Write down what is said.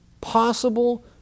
possible